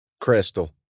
Crystal